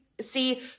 see